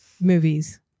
movies